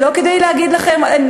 זה לא כדי לעשות נו-נו-נו,